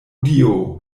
dio